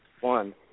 One